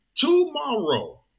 Tomorrow